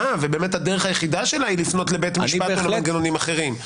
ובאמת הדרך שלה היא לפנות לבית משפט או למנגנונים אחרים.